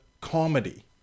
comedy